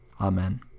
Amen